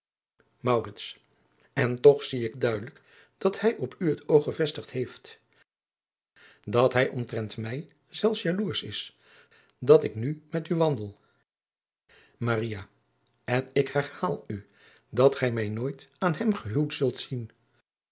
en toch zie ik duidelijk dat hij op u het oog gevestigd heeft dat hij omtrent mij zelfs jaloersch is dat ik nu met u wandel maria en ik herhaal u dat gij mij nooit aan hem gehuwd zult zien